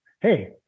Hey